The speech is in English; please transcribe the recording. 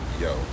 yo